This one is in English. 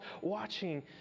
watching